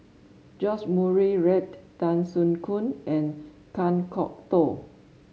George Murray Reith Tan Soo Khoon and Kan Kwok Toh